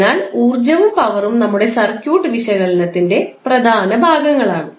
അതിനാൽ ഊർജ്ജവും പവറും നമ്മുടെ സർക്യൂട്ട് വിശകലനത്തിന് പ്രധാന ഭാഗങ്ങളാണ്